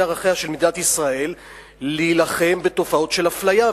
ערכיה של מדינת ישראל להילחם בתופעות של אפליה.